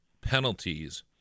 penalties